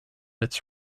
its